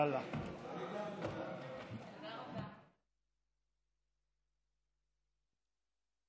תודה רבה ליושב-ראש ועדת